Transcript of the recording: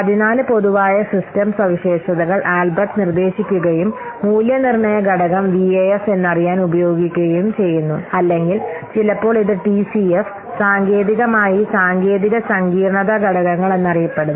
14 പൊതുവായ സിസ്റ്റം സവിശേഷതകൾ ആൽബ്രെക്റ്റ് നിർദ്ദേശിക്കുകയും മൂല്യനിർണ്ണയ ഘടകം വിഎഎഫ് എന്നറിയാൻ ഉപയോഗിക്കുകയും ചെയ്യുന്നു അല്ലെങ്കിൽ ചിലപ്പോൾ ഇത് ടിസിഎഫ് സാങ്കേതികമായി സാങ്കേതിക സങ്കീർണ്ണത ഘടകങ്ങൾ എന്നറിയപ്പെടുന്നു